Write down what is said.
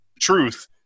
Truth